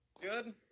Good